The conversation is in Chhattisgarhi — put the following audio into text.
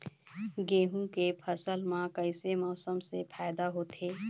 गेहूं के फसल म कइसे मौसम से फायदा होथे?